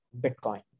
Bitcoin